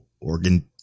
organ